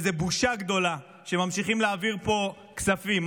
זו בושה גדולה שממשיכים להעביר פה כספים,